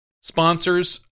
sponsors